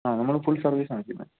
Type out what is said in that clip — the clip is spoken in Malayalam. ആ നമ്മൾ ഫുൾ സെർവീസാണ് ചെയ്യുന്നത്